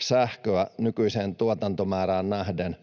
sähköä nykyiseen tuotantomäärään nähden.